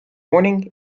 morning